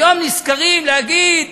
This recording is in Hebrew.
היום נזכרים להגיד